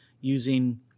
using